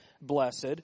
blessed